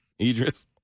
Idris